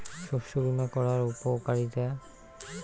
শস্য বিমা করার উপকারীতা?